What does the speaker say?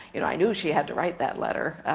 you know i knew she had to write that letter,